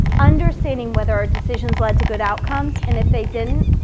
understanding whether our decisions led to good outcomes, and if they didn't,